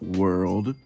world